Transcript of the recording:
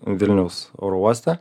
vilniaus oro uoste